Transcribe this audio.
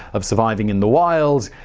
of surviving in the wild,